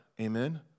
Amen